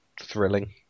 thrilling